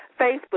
Facebook